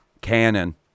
Canon